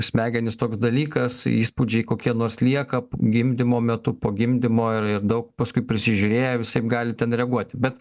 smegenys toks dalykas įspūdžiai kokie nors lieka gimdymo metu po gimdymo ir daug paskui prisižiūrėję visaip gali ten reaguoti